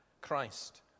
Christ